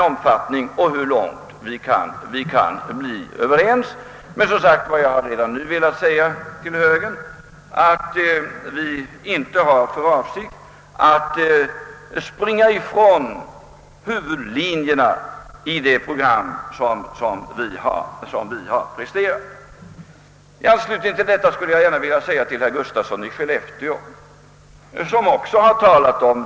Jag har emellertid redan nu velat säga till högern att vi inte har för avsikt att springa ifrån huvudlinjerna i det program som vi har lagt fram.